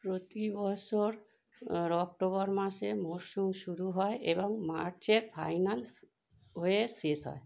প্রতি বছর আর অক্টোবর মাসে মরশুম শুরু হয় এবং মার্চে ফাইনালস হয়ে শেষ হয়